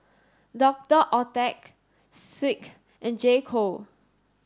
Doctor Oetker Schick and J co